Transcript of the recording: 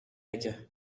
aige